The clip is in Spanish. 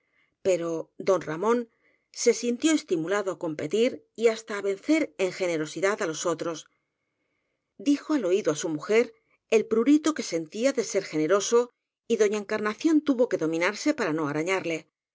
pero don ramón se sintió estimuú lado á competir y hasta á vencer en generosidad á los otros dijo al oído á su mujer el prurito que sentía de ser generoso y doña encarnación tuvo que dominarse para no arañarle